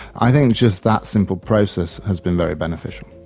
i think just that simple process has been very beneficial.